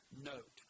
note